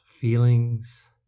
feelings